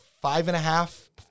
five-and-a-half